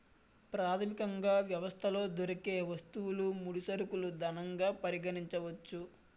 ప్రాథమికంగా వ్యవస్థలో దొరికే వస్తువులు ముడి సరుకులు ధనంగా పరిగణించవచ్చు